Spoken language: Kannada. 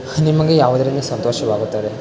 ನಿಮಗೆ ಯಾವುದರಿಂದ ಸಂತೋಷವಾಗುತ್ತದೆ